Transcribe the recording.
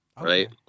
right